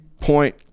point